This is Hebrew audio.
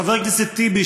חבר הכנסת טיבי,